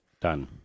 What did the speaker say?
done